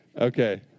Okay